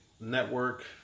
network